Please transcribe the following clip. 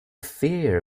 fear